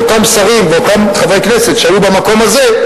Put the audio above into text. ואותם שרים ואותם חברי כנסת שהיו במקום הזה,